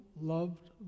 loved